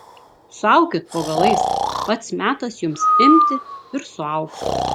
suaukit po galais pats metas jums imti ir suaugti